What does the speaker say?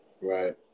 Right